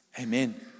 Amen